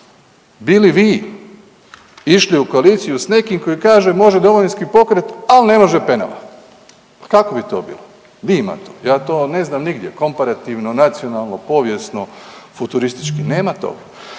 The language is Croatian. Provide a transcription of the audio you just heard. bi li vi išli u koaliciju s nekim koji kaže može Domovinski pokret, ali ne može Penava, kako bi to bilo, di ima to, ja to ne znam nigdje komparativno, nacionalno, povijesno, futuristički, nema to.